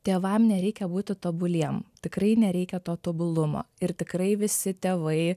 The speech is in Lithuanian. tėvam nereikia būti tobuliem tikrai nereikia to tobulumo ir tikrai visi tėvai